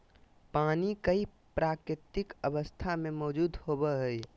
पानी कई प्राकृतिक अवस्था में मौजूद होबो हइ